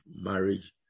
marriage